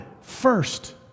first